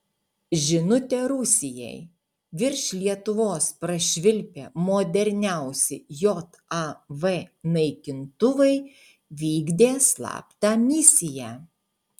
žinutė rusijai virš lietuvos prašvilpę moderniausi jav naikintuvai vykdė slaptą misiją